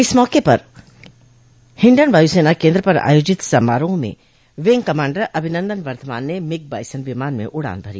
इस मौके पर हिंडन वायुसेना केन्द्र पर आयोजित समारोह में विंग कमांडर अभिनंदन वर्धमान ने मिग बाइसन विमान में उड़ान भरी